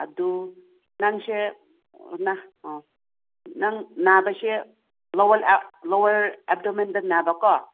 ꯑꯗꯨ ꯅꯪꯁꯦ ꯑꯥ ꯅꯪ ꯅꯥꯕꯁꯦ ꯂꯣꯋꯔ ꯂꯣꯋꯔ ꯑꯦꯞꯗꯣꯃꯦꯟꯗ ꯅꯥꯕꯀꯣ